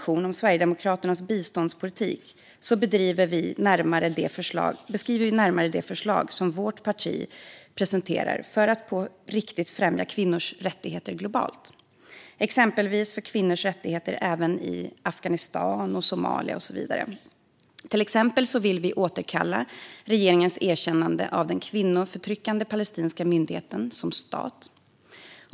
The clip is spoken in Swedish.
I Sverigedemokraternas motion om biståndspolitik beskriver vi närmare de förslag som vårt parti presenterar för att på riktigt främja kvinnors rättigheter globalt, även i exempelvis Afghanistan och Somalia. Till exempel vill vi återkalla regeringens erkännande av den kvinnoförtryckande palestinska myndigheten som stat.